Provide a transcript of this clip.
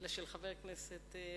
אלא של חבר הכנסת בן-סימון.